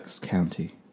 county